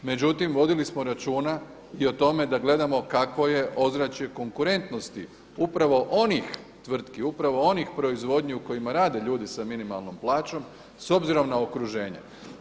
Međutim, vodili samo računa i o tome da gledamo kakvo je ozračje konkurentnosti upravo onih tvrtki, upravo onih proizvodnji u kojima rade ljudi s minimalnom plaćom s obzirom na okruženje.